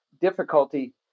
difficulty